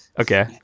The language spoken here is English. Okay